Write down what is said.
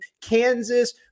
Kansas